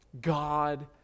God